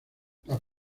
las